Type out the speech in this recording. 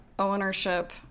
ownership